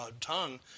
tongue